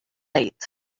late